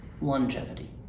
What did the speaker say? longevity